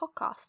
podcast